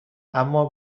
اما